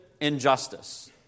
injustice